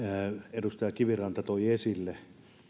edustaja kiviranta toi esille